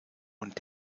und